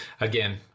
again